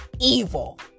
evil